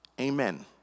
Amen